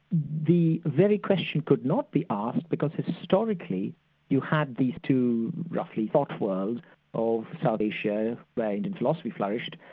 the very question could not be ah asked because historically you had these two roughly thought worlds of south asia wherein and and philosophy flourished,